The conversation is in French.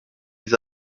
les